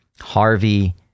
Harvey